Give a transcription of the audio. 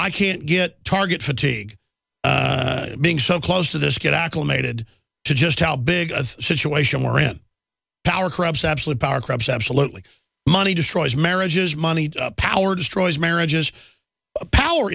i can't get target fatigue being so close to this get acclimated to just how big a situation we're in power corrupts absolute power corrupts absolutely money destroys marriages money power destroys marriages power